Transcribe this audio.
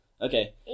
Okay